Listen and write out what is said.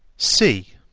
c.